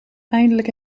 eindelijk